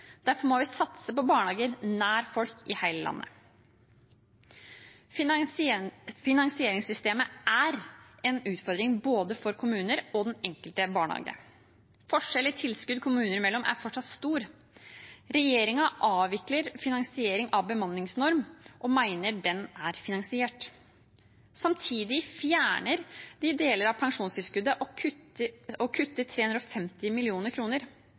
Derfor må vi satse på barnehager nær folk i hele landet. Finansieringssystemet er en utfordring både for kommunene og for den enkelte barnehage. Forskjell i tilskudd kommunene imellom er fortsatt stor. Regjeringen avvikler finansieringen av bemanningsnormen, og mener den er finansiert. Samtidig fjerner de deler av pensjonstilskuddet og kutter